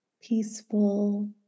peaceful